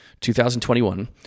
2021